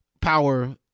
power